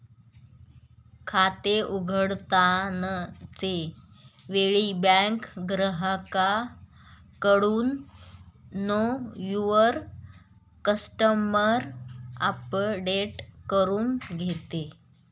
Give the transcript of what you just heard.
खाते उघडताना च्या वेळी बँक ग्राहकाकडून नो युवर कस्टमर अपडेट करून घेते